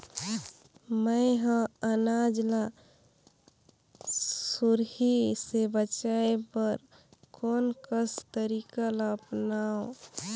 मैं ह अनाज ला सुरही से बचाये बर कोन कस तरीका ला अपनाव?